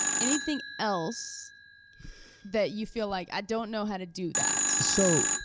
anything else that you feel like, i don't know how to do that? so,